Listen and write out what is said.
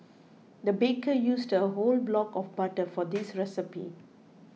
the baker used a whole block of butter for this recipe